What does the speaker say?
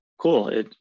cool